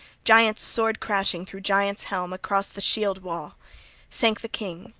giants' sword crashing through giants'-helm across the shield-wall sank the king,